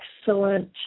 excellent